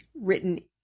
written